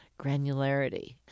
granularity